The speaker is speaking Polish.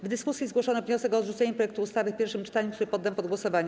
W dyskusji zgłoszono wniosek o odrzucenie projektu ustawy w pierwszym czytaniu, który poddam pod głosowanie.